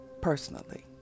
personally